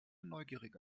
neugierige